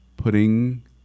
putting